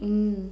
mm